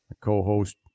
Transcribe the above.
co-host